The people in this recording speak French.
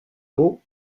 eau